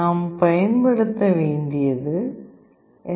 நாம் பயன்படுத்த வேண்டியது எஸ்